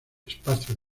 espacio